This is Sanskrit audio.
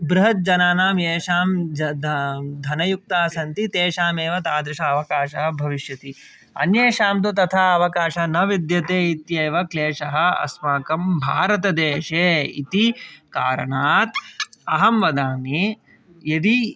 ब्रहज्जनानां एषां धनयुक्ताः सन्ति तेषामेव तादृशः अवकाशः भविष्यति अन्येषां तु तथा अवकाशः न विद्यते इत्येव क्लेशः अस्माकं भारतदेशे इति कारणात् अहं वदामि यदि